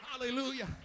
Hallelujah